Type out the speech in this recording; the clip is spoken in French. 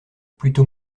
plutôt